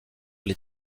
les